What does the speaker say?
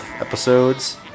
episodes